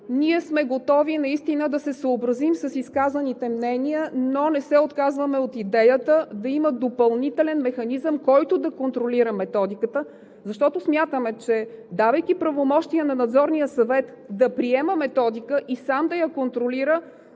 Ние сме готови да се съобразим с изказаните мнения, но не се отказваме от идеята да има допълнителен механизъм, който да контролира методиката, защото смятаме, че давайки правомощия на Надзорния съвет да приема методика и сам да я контролира,